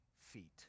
feet